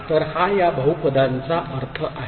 तर हा या बहुपदांचा अर्थ आहे